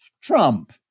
Trump